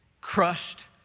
crushed